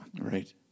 Right